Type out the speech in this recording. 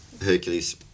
Hercules